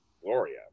Gloria